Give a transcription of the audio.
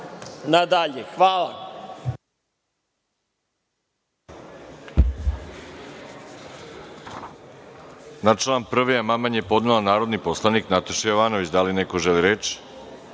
na dalje. Hvala.